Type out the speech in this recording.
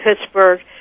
Pittsburgh